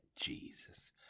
Jesus